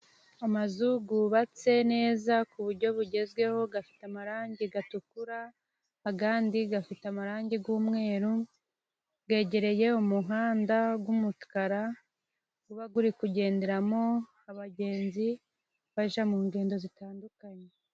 Amazu yubatse neza ku buryo bugezweho， afite amarangi atukura， andi afite amarangi y'umweru， yegereye umuhanda w'umukara， uba uri kugenderamo abagenzi bajya mu ngendo zitandukanye.